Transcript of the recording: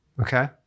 Okay